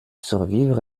survivre